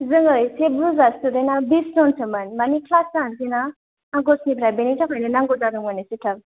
जोङो एसे बुरजा स्टुडेन्टआ बिस जनसोमोन मानि क्लास जासैना आगष्टनिफ्राय बेनि थाखायनो नांगौ जादोंमोन एसे थाब